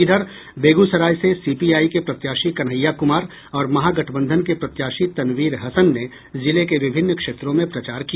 इधर बेगूसराय से सीपीआई के प्रत्याशी कन्हैया कुमार और महागठबंधन के प्रत्याशी तनवीर हसन ने जिले के विभिन्न क्षेत्रों में प्रचार किया